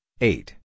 eight